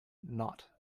not